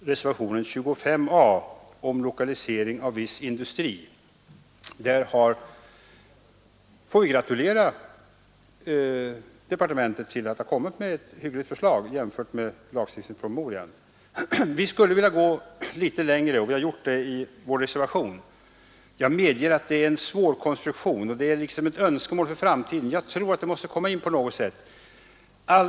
reservationen 25 a beträffande lokalisering av viss industri får jag först gratulera departementet till att ha framlagt ett i jämförelse med lösningen i lagstiftningspromemorian hyggligt förslag. Vi skulle emellertid vilja gå litet längre, och vi har givit uttryck för detta i vår reservation. Jag medger att det gäller en svår konstruktion. Vårt förslag avser ett önskemål för framtiden, som jag tror på något sätt måste beaktas i detta sammanhang.